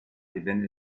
divenne